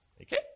Okay